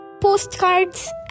postcards